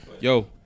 Yo